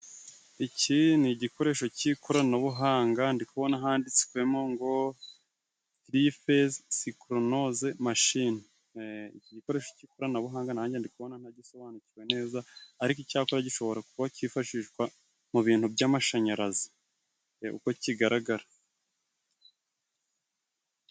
Iki ni igikoresho cy'ikoranabuhanga ndi kubona handitswemo ngo difezesikoronoze mashine, iki gikoresho cy'ikoranabuhanga nanjye ndi kubona ntagisobanukiwe neza, ariko icyakora gishobora kuba cyifashishwa mu bintu by'amashanyarazi uko kigaragara.